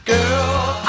Girl